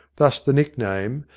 thus the nick-name,